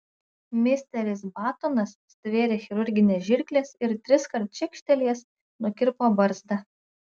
misteris batonas stvėrė chirurgines žirkles ir triskart čekštelėjęs nukirpo barzdą